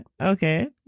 Okay